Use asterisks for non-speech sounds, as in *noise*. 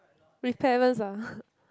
with parents ah *laughs*